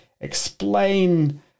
explain